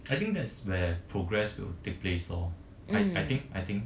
I think that's where progress will take place lor I I think I think